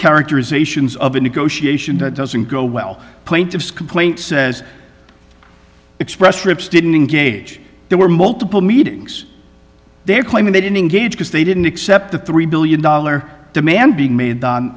characterizations of a negotiation that doesn't go well plaintiff's complaint says express trips didn't engage there were multiple meetings they're claiming they didn't engage because they didn't accept the three billion dollar demand being made